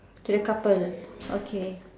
to the couple okay